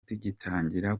tugitangira